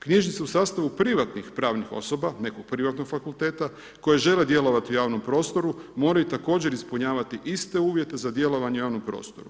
Knjižnice u sastavu privatnih pravnih osoba, nekog privatnog fakulteta koje žele djelovati u javnom prostoru moraju također ispunjavati iste uvjete za djelovanje u javnom prostoru.